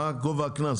מה גובה הקנס?